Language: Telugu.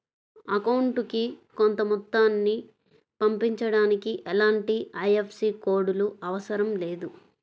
అకౌంటుకి కొంత మొత్తాన్ని పంపించడానికి ఎలాంటి ఐఎఫ్ఎస్సి కోడ్ లు అవసరం లేదు